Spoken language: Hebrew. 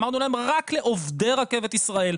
אמרנו להם רק לעובדי רכבת ישראל,